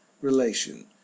relation